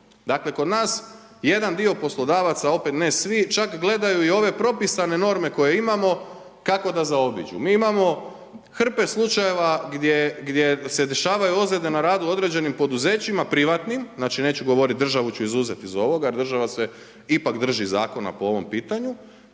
Dakle, kod nas jedan dio poslodavaca opet ne svi, čak gledaju i ove propisane norme koje imamo kako da zaobiđu. Mi imamo hrpe slučajeva gdje se dešavaju ozljede na radu u određenim poduzećima privatnim, znači neću govoriti, državu ću izuzet iz ovoga jer država se ipak drži zakona po ovom pitanju.